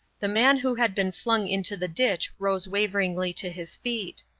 the man who had been flung into the ditch rose waveringly to his feet.